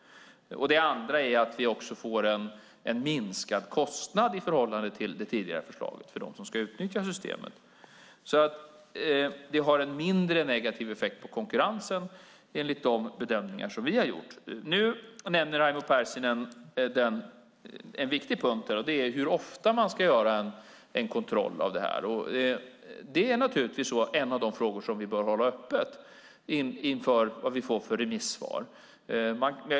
Den andra är att det blir en mindre kostnad än med det tidigare förslaget för dem som ska utnyttja systemet. Det har en mindre negativ effekt på konkurrensen enligt vår bedömning. Raimo Pärssinen nämner något viktigt, nämligen hur ofta man ska göra kontroller. Det är en av de frågor som vi bör hålla öppen när vi får remissvaren.